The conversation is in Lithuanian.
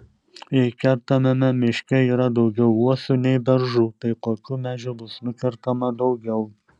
jei kertamame miške yra daugiau uosių nei beržų tai kokių medžių bus nukertama daugiau